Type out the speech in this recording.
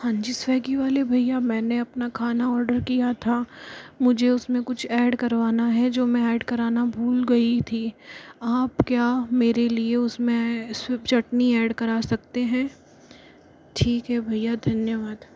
हाँजी स्विग्गी वाले भय्या मैंने अपना खाना ओडर किया था मुझे उसमें कुछ ऐड करवाना है जो मैं ऐड करना भूल गई थी आप क्या मेरे लिए उसमें सिर्फ़ चटनी ऐड करा सकते हैं ठीक है भय्या धन्यवाद